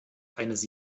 eines